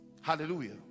hallelujah